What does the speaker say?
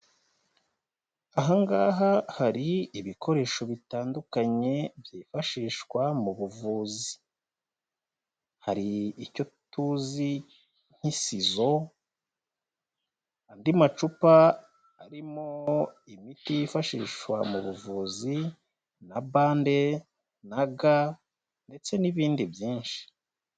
Aha ngaha hari ibikoresho bitandukanye byifashishwa mu buvuzi, hari icyo tuzi nk'isizo, andi macupa arimo imiti yifashishwa mu buvuzi na bande na ga ndetse n'ibindi byinshi.